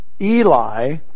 Eli